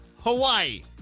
Hawaii